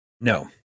No